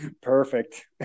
Perfect